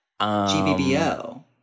GBBO